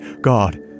God